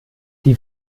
die